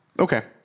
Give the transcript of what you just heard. Okay